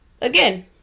again